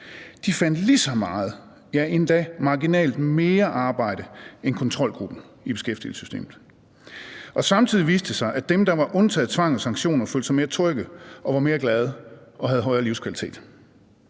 fandt lige så meget, ja, endda marginalt mere, arbejde end kontrolgruppen i beskæftigelsessystemet. Samtidig viste det sig, at dem, der var undtaget tvang og sanktioner, følte sig mere trygge og var mere glade og havde højere livskvalitet.